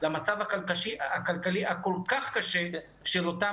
למצב הכלכלי הכול כך קשה של אותם